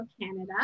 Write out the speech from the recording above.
Canada